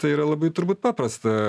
tai yra labai turbūt paprasta